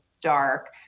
dark